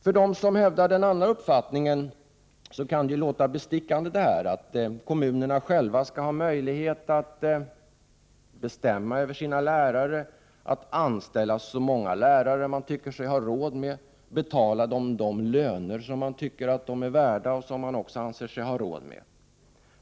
För dem som hävdar den andra uppfattningen kan det framstå som bestickande att kommunerna själva skall ha möjlighet att bestämma över sina lärare, att anställa så många lärare som de tycker sig ha råd med samt att betala de löner som de menar att lärarna är värda och som de anser sig ha råd med.